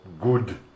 good